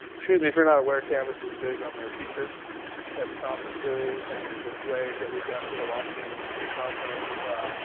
excuse me. if you're not aware, canvas is big on their t-shirts at the conferences and the swag that we got for the washington user's conference.